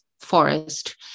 forest